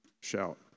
shout